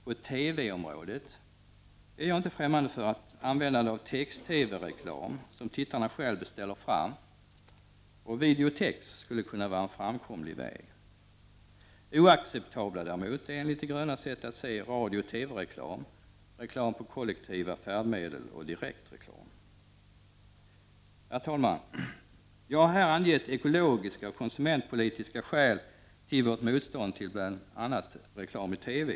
På TV-området skulle — den tanken är jag inte främmande för — användandet av text TV-reklam, som tittaren själv beställer fram, och videotex kunna vara en framkomlig väg. Oacceptabelt däremot är enligt de grönas sätt att se radiooch TV-reklam, reklam på kollektiva färdmedel och direktreklam. Herr talman! Jag har här angett ekologiska och konsumentpolitiska skäl till vårt motstånd till bl.a. reklam i TV.